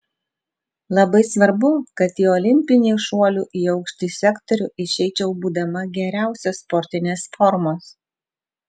labai svarbu kad į olimpinį šuolių į aukštį sektorių išeičiau būdama geriausios sportinės formos